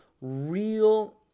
real